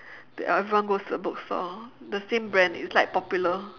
then everyone goes to the bookstore the same brand is like popular